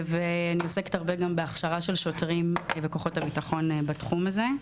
אני עוסקת הרבה גם בהכשרה של שוטרים וכוחות הביטחון בתחום הזה,